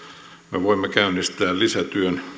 me voimme käynnistää lisätyön